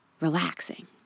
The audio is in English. relaxing